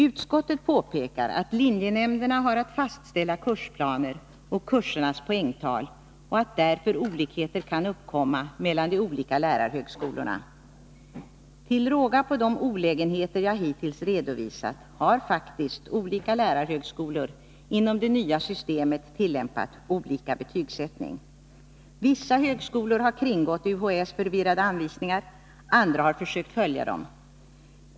Utskottet påpekar att linjenämnderna har att fastställa kursplaner och kursernas poängtal och att därför olikheter kan uppkomma mellan de olika lärarhögskolorna. Till råga på de olägenheter jag hittills redovisat har faktiskt olika lärarhögskolor inom det nya systemet tillämpat olika betygsättning. Vissa högskolor har kringgått UHÄ:s förvirrade anvisningar, andra har försökt följa dem.